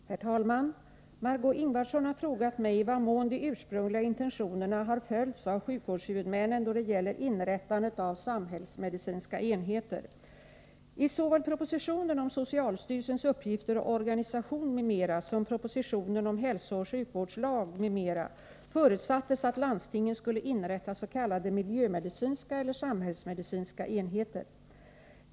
Herr talman! Margö Ingvardsson har frågat mig i vad mån de ursprungliga intentionerna har följts av sjukvårdshuvudmännen då det gäller inrättandet av samhällsmedicinska enheter. I såväl propositionen om hälsooch sjukvårdslag, m.m. förutsattes att landstingen skulle inrätta s.k. miljömedicinska eller samhällsmedicinska enheter.